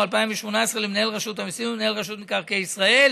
2018 למנהל רשות המיסים ומנהל רשות מקרקעי ישראל